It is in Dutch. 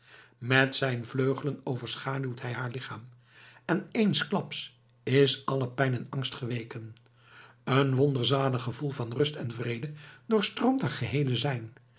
met zijn vleugelen overschaduwt hij haar lichaam en eensklaps is alle pijn en angst geweken een wonderzalig gevoel van rust en vrede doorstroomt haar geheele zijn